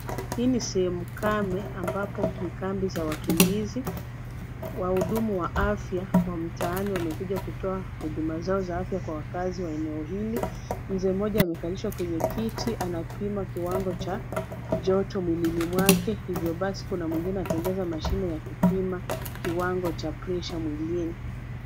Hii ni sehemu kame ambapo ni kambi za wakimbizi. Wahudumu wa afya wa mtaani wamekuja kutoa huduma zao za afya kwa wakazi wa eneo hili. Mzee mmoja amekalishwa kwenye kiti anapima kiwango cha joto mwilini mwake hivyo basi kuna mwingine atengeza mashine ya kupima kiwango cha pressure mwilini.